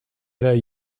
might